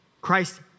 Christ